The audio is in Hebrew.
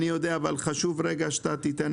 אני יודע, אבל חשוב שאתה תיתן